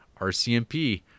RCMP